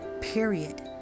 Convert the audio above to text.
Period